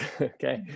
Okay